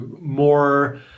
more